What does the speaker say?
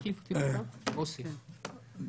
(היו"ר מוסי רז)